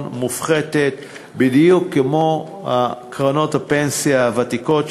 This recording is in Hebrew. מופחתת בדיוק כמו קרנות הפנסיה הוותיקות,